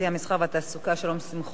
המסחר והתעסוקה שלום שמחון,